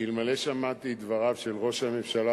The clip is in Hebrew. אלמלא שמעתי את דבריו של ראש הממשלה